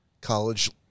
college